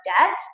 debt